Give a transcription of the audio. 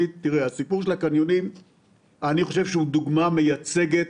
הסיפור של הקניונים הוא בעיניי דוגמה מייצגת